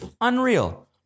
Unreal